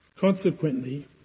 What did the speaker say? Consequently